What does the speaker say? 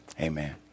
Amen